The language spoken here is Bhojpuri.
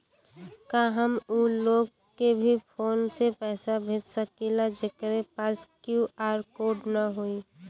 का हम ऊ लोग के भी फोन से पैसा भेज सकीला जेकरे पास क्यू.आर कोड न होई?